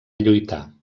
lluitar